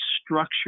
structured